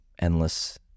endless